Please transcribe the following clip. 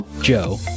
Joe